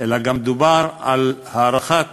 אלא גם דובר על הארכת